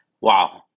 Wow